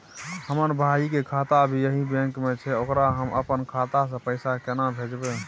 हमर भाई के खाता भी यही बैंक में छै ओकरा हम अपन खाता से पैसा केना भेजबै?